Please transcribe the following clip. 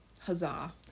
Huzzah